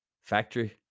factory